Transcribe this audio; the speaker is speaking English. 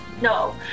No